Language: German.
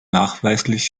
nachweislich